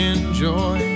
Enjoy